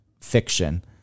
fiction